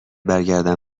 برگردم